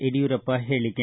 ಯಡಿಯೂರಪ್ಪ ಹೇಳಿಕೆ